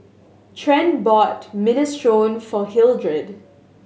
Trent bought Minestrone for Hildred